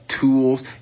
Tools